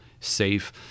safe